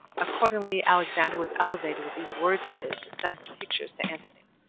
accordingly, alexandra was elevated with these words of his, and sent the pictures to antony.